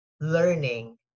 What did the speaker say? learning